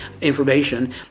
information